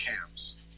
Camps